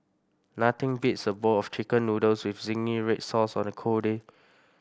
nothing beats a bowl of chicken noodles with zingy red sauce on a cold day